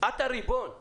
את הריבון,